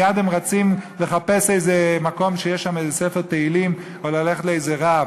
מייד הם רצים לחפש איזה מקום שיש בו ספר תהילים או ללכת לאיזה רב.